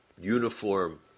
uniform